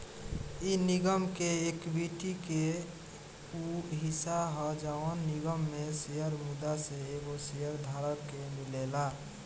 इ निगम के एक्विटी के उ हिस्सा ह जवन निगम में शेयर मुद्दा से एगो शेयर धारक के मिलेला